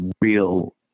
real